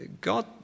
God